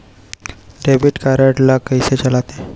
Debit card ला कइसे चलाते?